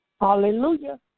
Hallelujah